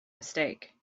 mistake